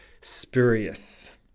spurious